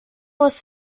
was